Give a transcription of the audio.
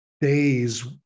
days